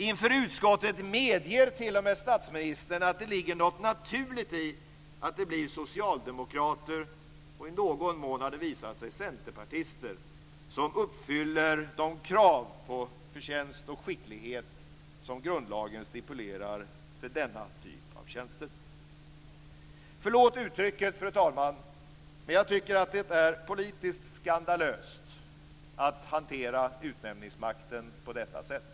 Inför utskottet medger t.o.m. statsministern att det ligger något naturligt i att det blir socialdemokrater och i någon mån, har det visat sig, centerpartister som uppfyller de krav på förtjänst och skicklighet som grundlagen stipulerar för denna typ av tjänster. Förlåt uttrycket, fru talman, men jag tycker att det är politiskt skandalöst att hantera utnämningsmakten på detta sätt.